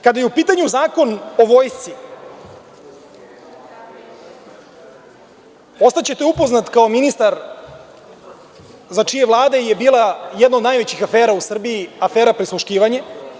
Kada je u pitanju Zakon o Vojsci, ostaćete upamćeni kao ministar za čije Vlade je bila jedna najveća afera, afera prisluškivanje.